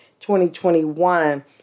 2021